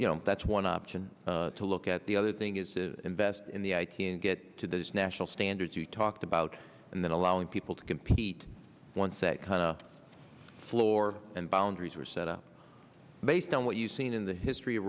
suppose that's one option to look at the other thing is to invest in the i can get to those national standards you talked about and then allowing people to compete once that kind of floor and boundaries were set up based on what you've seen in the history of